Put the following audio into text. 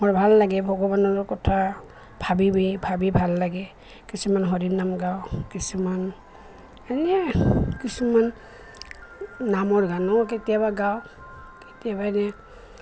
মোৰ ভাল লাগে ভগৱানৰ কথা ভাবিয়েই ভাবি ভাল লাগে কিছুমান হৰিনাম গাওঁ কিছুমান এনেই কিছুমান নামৰ গানো কেতিয়াবা গাওঁ কেতিয়াবা এনেই